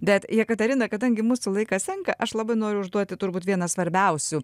bet jekaterina kadangi mūsų laikas senka aš labai noriu užduoti turbūt vieną svarbiausių